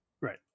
Right